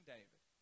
David